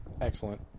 excellent